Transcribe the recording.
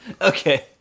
Okay